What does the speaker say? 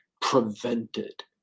prevented